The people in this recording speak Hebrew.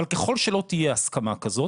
ככל שלא תהיה הסכמה כזאת,